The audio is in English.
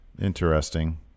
interesting